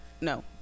no